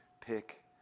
pick